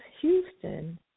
Houston